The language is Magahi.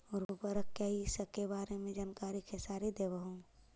उर्वरक क्या इ सके बारे मे जानकारी खेसारी देबहू?